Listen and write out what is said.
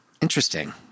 Interesting